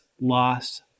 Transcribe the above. loss